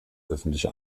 öffentliche